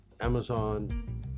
amazon